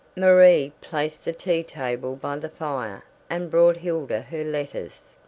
marie placed the tea-table by the fire and brought hilda her letters.